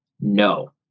No